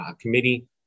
Committee